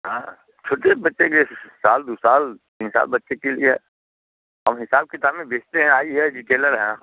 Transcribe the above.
हाँ छोटे बच्चे के साल दो साल तीन साल बच्चे के लिए हम हिसाब किताब में बेचते हैं आईए रिटेलर हैं हम